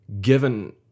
Given